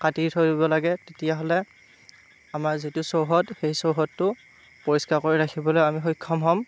কাটি থৈ দিব লাগে তেতিয়া হ'লে আমাৰ যিটো চৌহদ সেই চৌহদটো পৰিষ্কাৰ কৰি ৰাখিবলৈ আমি সক্ষম হ'ম